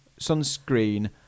sunscreen